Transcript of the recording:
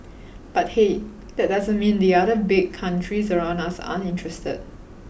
but hey that doesn't mean the other big countries around us aren't interested